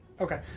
Okay